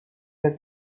that